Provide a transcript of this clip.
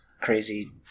crazy